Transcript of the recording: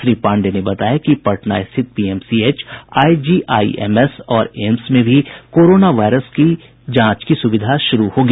श्री पांडेय ने बताया कि पटना स्थित पीएमसीएच आईजीआईएमएस और एम्स में भी कोरोना वायरस की जांच की सुविधा शुरू होगी